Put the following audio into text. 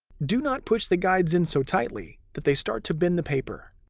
do not push the guides in so tightly that they start to bend the paper.